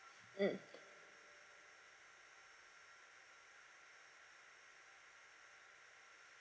mm